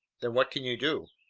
then what can you do?